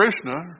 Krishna